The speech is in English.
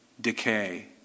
decay